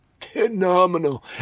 phenomenal